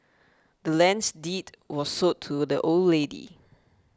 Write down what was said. the land's deed was sold to the old lady